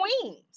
queens